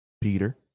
Peter